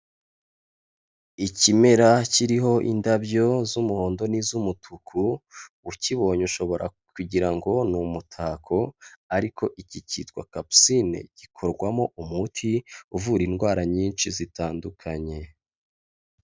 Ikimera kiriho indabyo z'umuhondo n'izumutuku, ukibonye ushobora kugira ngo ni umutako ariko iki cyitwa kapusine gikorwamo umuti uvura indwara nyinshi zitandukanye.